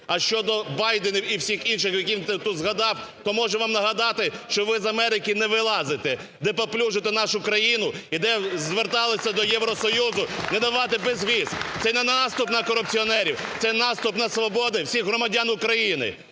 А щодо Байденів і всіх інших, яких він тут згадав, то можу вам нагадати, що ви з Америки не вилазите, де паплюжите нашу країну і де зверталися до Євросоюзу не давати безвіз. Це не наступ на антикорупцонерів, це наступ на свободи всіх громадян України.